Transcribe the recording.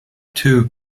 two